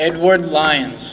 edward lines